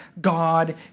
God